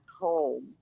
home